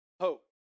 hope